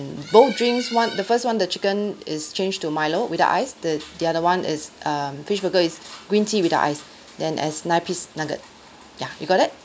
both drinks one the first one the chicken is change to milo without ice the the other one is um fish burger is green tea without ice then as nine piece nugget ya you got that